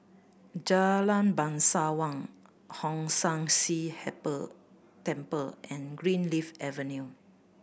Jalan Bangsawan Hong San See Temple and Greenleaf Avenue